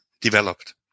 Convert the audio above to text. developed